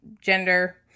gender